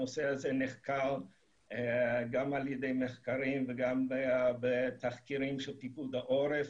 הנושא הזה נחקר גם על ידי מחקרים וגם בתחקירים של פיקוד העורף